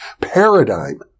paradigm